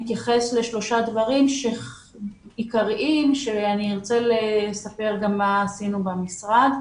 הוא מתייחס לשלושה דברים עיקריים וארצה לספר מה עשינו במשרד: